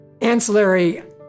ancillary